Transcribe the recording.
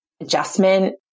adjustment